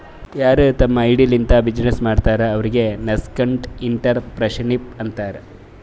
ಯಾರು ತಮ್ದು ಐಡಿಯಾ ಲಿಂತ ಬಿಸಿನ್ನೆಸ್ ಮಾಡ್ತಾರ ಅವ್ರಿಗ ನಸ್ಕೆಂಟ್ಇಂಟರಪ್ರೆನರ್ಶಿಪ್ ಅಂತಾರ್